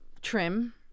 Trim